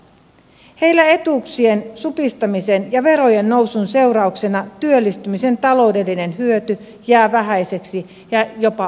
heillä etuuksien supistamisen ja verojen nousun seurauksena työllistymisen taloudellinen hyöty jää vähäiseksi ja jopa olemattomaksi